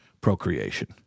procreation